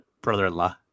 brother-in-law